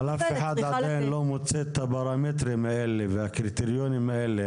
אבל אף אחד לא מוצא את הפרמטרים האלה והקריטריונים האלה.